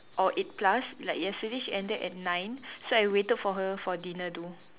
or eight plus like yesterday she ended at nine so I waited for her for dinner though